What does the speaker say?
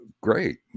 great